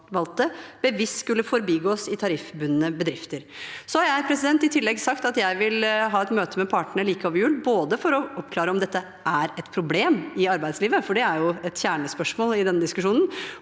bevisst skulle forbigås i tariffbundne bedrifter. I tillegg har jeg sagt at jeg vil ha et møte med partene like over jul, både for å oppklare om dette er et problem i arbeidslivet – for det er jo et kjernespørsmål i denne diskusjonen